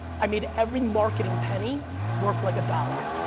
i mean every marketing penny work like a dollar.